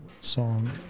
song